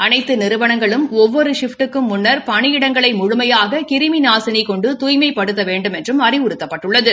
அனைத்து நிறுவனங்களும் ஒவ்வொரு சிப்ட் க்கும் முன்னா் பணியிடங்களை முழுமையாக கிருமி நாசினி கொண்டு தூய்மைபப்டுத்த வேண்டுமென்றும் அறிவுறுத்தப்பட்டுள்ளது